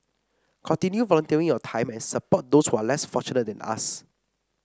continue volunteering your time and support those who are less fortunate than us